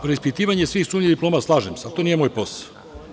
Preispitivanje svih sumnjivih diploma, slažem se, ali to nije moj posao.